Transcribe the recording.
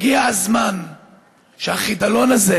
הגיע הזמן שהחידלון הזה,